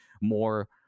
more